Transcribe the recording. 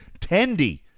Tendi